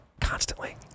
constantly